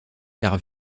car